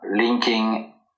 linking